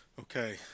Okay